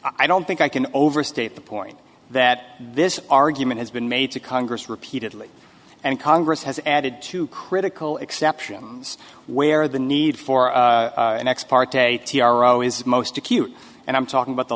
i don't think i can overstate the point that this argument has been made to congress repeatedly and congress has added two critical exceptions where the need for an ex parte t r o is most acute and i'm talking about the